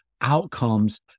outcomes